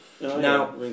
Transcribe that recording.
Now